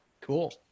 Cool